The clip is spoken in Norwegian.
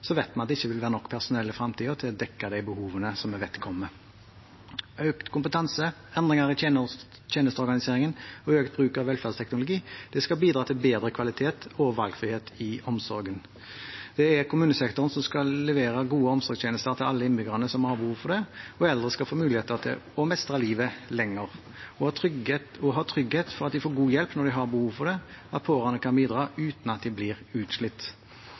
vet vi at det ikke vil være nok personell i fremtiden til å dekke de behovene som vi vet kommer. Økt kompetanse, endringer i tjenesteorganiseringen og økt bruk av velferdsteknologi skal bidra til bedre kvalitet og valgfrihet i omsorgen. Det er kommunesektoren som skal levere gode omsorgstjenester til alle innbyggere som har behov for det. Eldre skal få muligheter til å mestre livet lenger, ha trygghet for at de får god hjelp når de har behov for det, og pårørende skal kunne bidra uten at de blir utslitt.